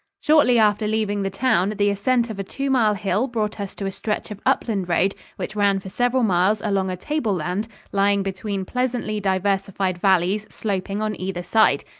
shortly after leaving the town, the ascent of a two-mile hill brought us to a stretch of upland road which ran for several miles along a tableland lying between pleasantly diversified valleys sloping on either side.